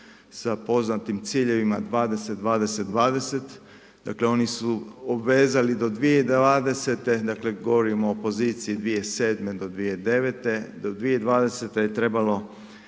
sa poznatim ciljevima 20-20-20, dakle oni su obvezali do 2020., dakle govorimo o poziciji 2007. do 2009., do 2020.-te je trebalo